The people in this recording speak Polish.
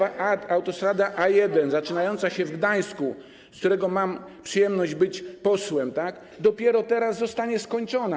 A4. Autostrada A1, zaczynająca się w Gdańsku, z którego mam przyjemność być posłem, dopiero teraz zostanie skończona.